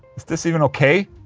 is this even ok?